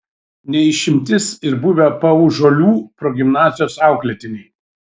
ne išimtis ir buvę paužuolių progimnazijos auklėtiniai